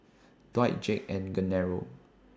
Dwight Jake and Genaro